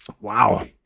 Wow